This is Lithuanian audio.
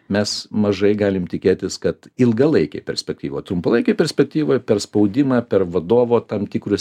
mes mažai galim tikėtis kad ilgalaikėj perspektyvoj trumpalaikėj perspektyvoj per spaudimą per vadovo tam tikrus